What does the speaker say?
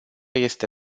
este